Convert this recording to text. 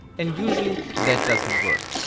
and usually that doesn't work,